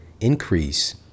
increase